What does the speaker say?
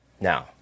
Now